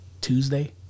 Tuesday